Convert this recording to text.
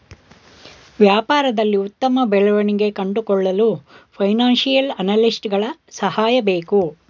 ವ್ಯಾಪಾರದಲ್ಲಿ ಉತ್ತಮ ಬೆಳವಣಿಗೆ ಕಂಡುಕೊಳ್ಳಲು ಫೈನಾನ್ಸಿಯಲ್ ಅನಾಲಿಸ್ಟ್ಸ್ ಗಳ ಸಹಾಯ ಬೇಕು